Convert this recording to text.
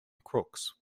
crooks